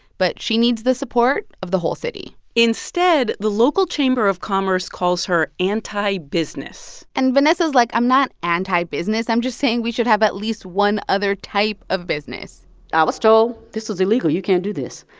but she needs the support of the whole city instead, the local chamber of commerce calls her anti-business and vanessa's like, i'm not anti-business. i'm just saying we should have at least one other type of business i was told this was illegal, you can't do this,